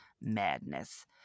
madness